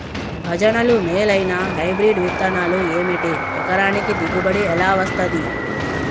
భజనలు మేలైనా హైబ్రిడ్ విత్తనాలు ఏమిటి? ఎకరానికి దిగుబడి ఎలా వస్తది?